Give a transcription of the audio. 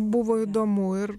buvo įdomu ir